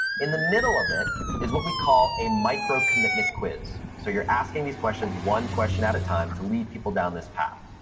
in the middle of it is what we call a micro commitment quiz. so, you're asking these questions, one question at a time to lead people down this path.